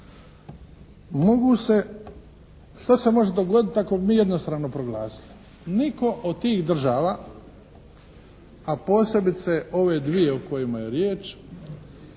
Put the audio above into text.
Mogu se, što se može dogoditi ako mi jednostrano proglasimo? Nitko od tih država, a posebice ove dvije o kojima je riječ,